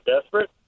desperate